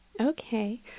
Okay